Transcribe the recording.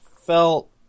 felt